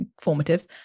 formative